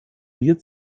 mir